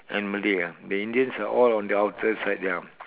and Malay ah the Indians they are all on the outer side ya